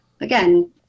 again